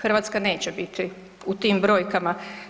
Hrvatska neće biti u tim brojkama.